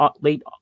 late